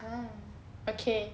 ah okay